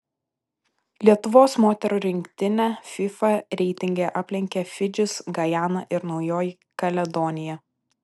lietuvos moterų rinktinę fifa reitinge aplenkė fidžis gajana ir naujoji kaledonija